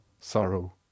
sorrow